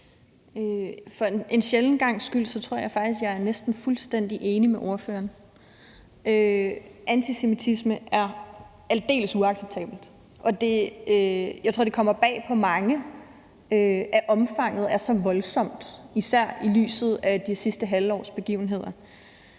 For en sjælden gangs skyld tror jeg faktisk, jeg er fuldstændig enig med spørgeren. Antisemitisme er aldeles uacceptabelt, og jeg tror, det kommer bag på mange, at omfanget er så voldsomt, især i lyset af det sidste halve års begivenheder.